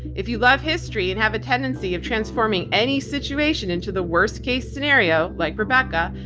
if you love history and have a tendency of transforming any situation into the worst-case scenario, like rebecca,